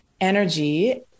energy